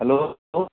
hello